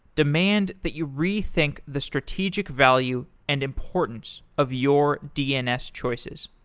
demand that you rethink the strategic value and importance of your dns choices.